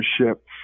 ownership